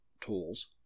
tools